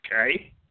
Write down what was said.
Okay